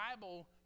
Bible